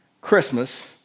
Christmas